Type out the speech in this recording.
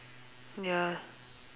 ya